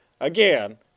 again